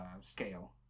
scale